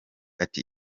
ati